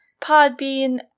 Podbean